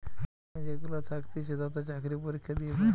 bank যেগুলা থাকতিছে তাতে চাকরি পরীক্ষা দিয়ে পায়